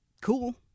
cool